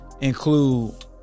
include